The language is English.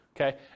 Okay